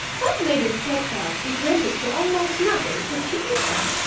what made her set out and rent it for almost nothing if she isn't?